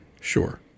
sure